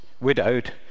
widowed